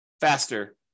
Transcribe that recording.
faster